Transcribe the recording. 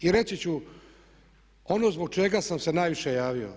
I reći ću ono zbog čega sam se najviše javio.